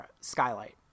skylight